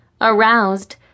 aroused